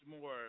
more